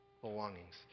belongings